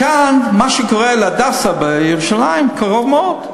מכאן, מה שקורה ל"הדסה" בירושלים קרוב מאוד.